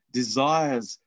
desires